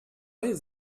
jest